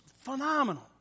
phenomenal